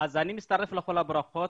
אני מצטרף לכל הברכות.